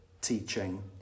teaching